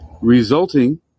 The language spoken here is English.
resulting